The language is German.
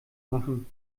machen